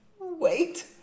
Wait